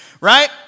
right